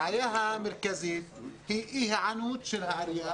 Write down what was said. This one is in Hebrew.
הבעיה המרכזית היא אי היענות של העירייה